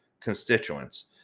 constituents